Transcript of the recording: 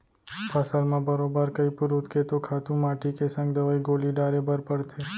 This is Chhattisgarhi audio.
फसल म बरोबर कइ पुरूत के तो खातू माटी के संग दवई गोली डारे बर परथे